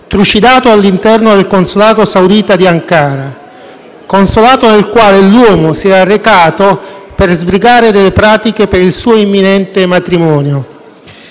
trucidato all'interno del consolato saudita di Ankara, consolato nel quale l'uomo si era recato per sbrigare delle pratiche per il suo imminente matrimonio.